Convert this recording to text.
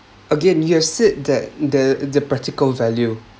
again you’ve said that the the practical value